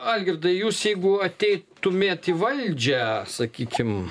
algirdai jūs jeigu ateitumėte į valdžią sakykime